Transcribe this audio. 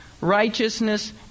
righteousness